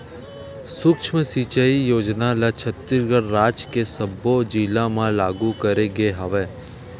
सुक्ष्म सिचई योजना ल छत्तीसगढ़ राज के सब्बो जिला म लागू करे गे हवय